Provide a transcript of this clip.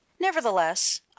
nevertheless